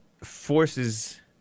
forces